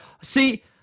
see